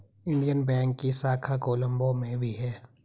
Indian bank की शाखा कोलम्बो में भी है